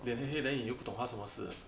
脸黑黑 then 你又不懂她什么事